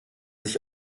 sich